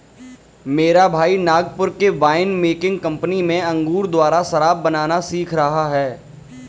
मेरा भाई नागपुर के वाइन मेकिंग कंपनी में अंगूर द्वारा शराब बनाना सीख रहा है